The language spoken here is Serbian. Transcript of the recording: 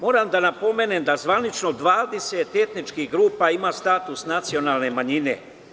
Moram da napomenem da zvanično 20 etničkih grupa ima status nacionalne manjine.